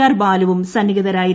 R ബാലുവും സന്നിഹിതരായിരുന്നു